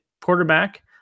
quarterback